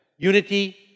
Unity